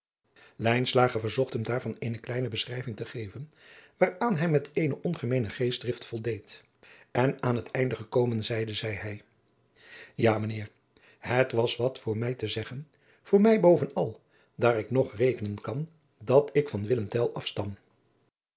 verzocht hem daarvan eene kleine beschrijving te geven waaraan hij met eene ongemeene geestdrift voldeed en aan het einde gekomen zeide hij ja mijn heer het was wat voor mij te zeggen voor mij bovenal daar ik nog rekenen kan dat ik van willem tell afstam